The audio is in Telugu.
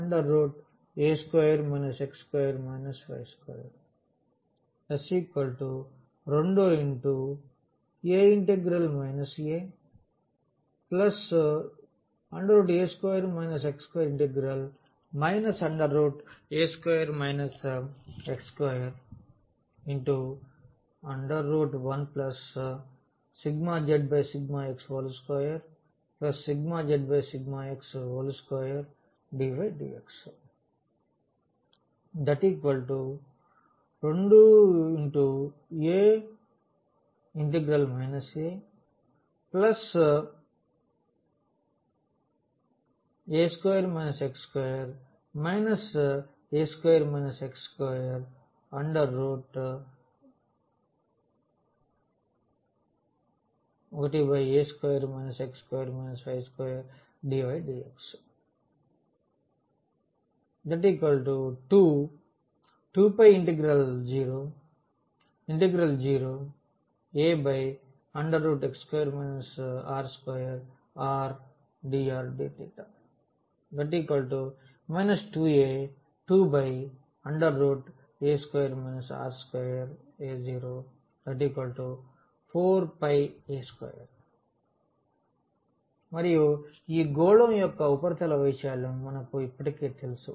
∂z∂x xa2 x2 y2 ∂z∂y ya2 x2 y2 S2 aa a2 x2a2 x21∂z∂x2∂z∂x2dydx 2 aa a2 x2a2 x2aa2 x2 y2dydx 202π0aaa2 r2rdrdθ 2a2πa2 r2 |0a 4πa2 మరియు ఈ గోళం యొక్క ఉపరితల వైశాల్యం మనకు ఇప్పటికే తెలుసు